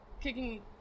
kicking